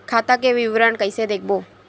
खाता के विवरण कइसे देखबो?